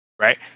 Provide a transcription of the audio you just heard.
right